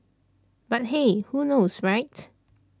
but hey who knows right